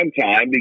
time